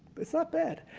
it's not bad.